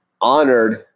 honored